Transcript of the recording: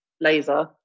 laser